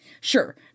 Sure